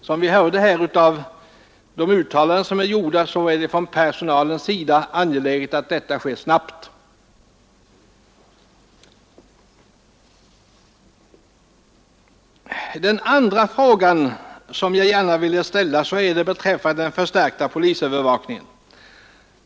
Som vi hörde av de uttalanden som gjorts finner personalen det angeläget att detta sker snabbt. Den andra sortens fråga som jag vill ställa gäller den förstärkta polisövervakningen.